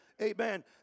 amen